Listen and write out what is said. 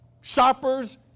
shoppers